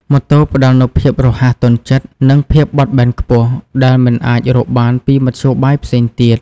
ម៉ូតូផ្តល់នូវភាពរហ័សទាន់ចិត្ត និងភាពបត់បែនខ្ពស់ ដែលមិនអាចរកបានពីមធ្យោបាយផ្សេងទៀត។